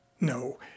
No